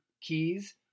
keys